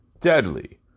deadly